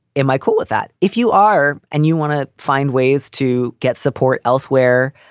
am i cool with that? if you are and you want to find ways to get support elsewhere.